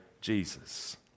Jesus